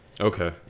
Okay